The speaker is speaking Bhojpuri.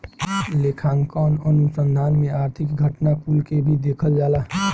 लेखांकन अनुसंधान में आर्थिक घटना कुल के भी देखल जाला